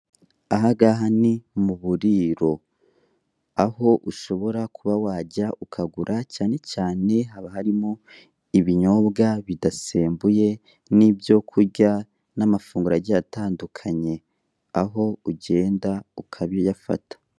Ahangaha ni mu buriro, aho ushobora kuba wajya ukagura, cyane cyane haba harimo ibinyobwa bidasembuye n'ibyo kurya n'amafunguro agiye atandukanye, aho ugenda ukayafata.